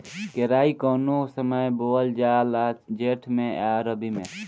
केराई कौने समय बोअल जाला जेठ मैं आ रबी में?